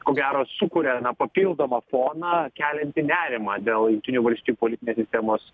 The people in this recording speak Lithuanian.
ko gero sukuria papildomą foną keliantį nerimą dėl jungtinių valstijų politinės sistemos